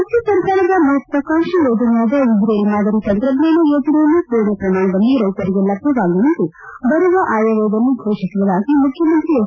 ರಾಜ್ಜ ಸರ್ಕಾರದ ಮಹತ್ವಾಕಾಂಕ್ಷಿ ಯೋಜನೆಯಾದ ಇಶ್ರೇಲ್ ಮಾದರಿ ತಂತ್ರಜ್ಜಾನ ಯೋಜನೆಯನ್ನು ಮೂರ್ಣ ಪ್ರಮಾಣದಲ್ಲಿ ರೈತರಿಗೆ ಲಭ್ಯವಾಗುವಂತೆ ಬರುವ ಆಯವ್ನಯದಲ್ಲಿ ಘೋಷಿಸುವುದಾಗಿ ಮುಖ್ಯಮಂತ್ರಿ ಎಚ್